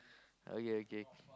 okay okay